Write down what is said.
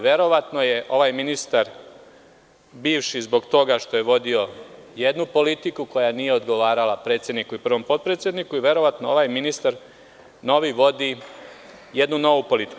Verovatno je ovaj ministar bivši zbog toga što je vodio jednu politiku koja nije odgovarala predsedniku i prvom potpredsedniku i verovatno ovaj ministar novi vodi jednu novu politiku.